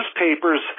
newspapers